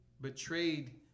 betrayed